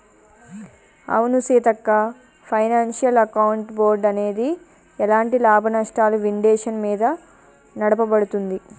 అవును Seethakka financial account board అనేది ఎలాంటి లాభనష్టాలు విండేషన్ మీద నడపబడుతుంది